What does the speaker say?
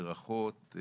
הדרכות,